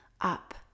up